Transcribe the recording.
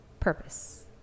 Purpose